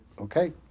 okay